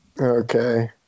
Okay